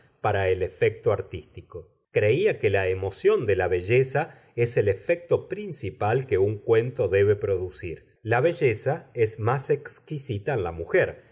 para el efecto artístico creía que la emoción de la belleza es el efecto principal que un cuento debe producir la belleza es más exquisita en la mujer